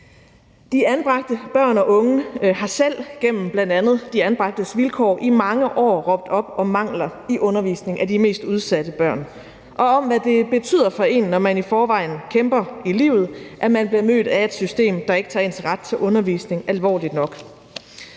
De anbragte børn og unge har selv gennem bl.a. De Anbragtes Vilkår har i mange år råbt op om mangler i undervisningen af de mest udsatte børn og om, hvad det betyder for en, når man i forvejen kæmper i livet, at man bliver mødt af et system, der ikke tager ens ret til undervisning alvorligt nok.